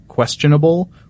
questionable